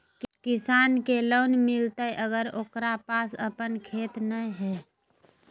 किसान के लोन मिलताय अगर ओकरा पास अपन खेत नय है?